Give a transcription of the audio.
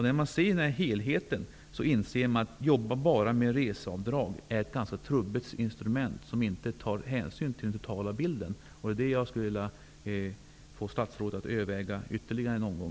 När man ser till helheten inser man att resebidrag är ett ganska trubbigt instrument, som inte tar hänsyn till den totala bilden. Jag skulle därför vilja att statsrådet övervägde detta ytterligare en omgång.